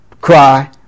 cry